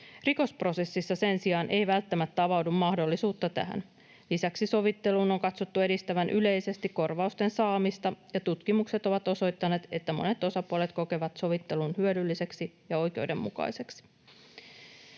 Rikosprosessissa sen sijaan ei välttämättä avaudu mahdollisuutta tähän. Lisäksi sovittelun on katsottu edistävän yleisesti korvausten saamista, ja tutkimukset ovat osoittaneet, että monet osapuolet kokevat sovittelun hyödylliseksi ja oikeudenmukaiseksi.